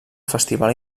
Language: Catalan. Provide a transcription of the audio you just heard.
festival